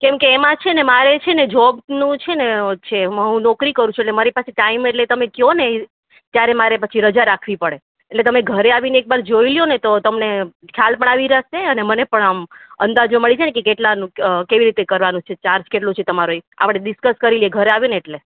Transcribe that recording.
કેમ કે એમાં છે ને મારે છે ને જોબનું છે ને છે હું નોકરી કરું છું એટલે મારી પાસે ટાઈમ એટલે કે તમે કહો ને ત્યારે મારે પછી રજા રાખવી પડે એટલે તમે ઘરે આવીને એકવાર જોઈ લો ને તો તમને ખ્યાલ પણ આવી જશે મને પણ આમ અંદાજો મળી જાયને કેટલાનું કેવી રીતે કરવાનું છે ચાર્જ કેટલો છે તમારે એ આપણે ડિસ્ક્સ કરી લઈએ ઘરે આવે ને એટલે